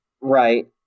Right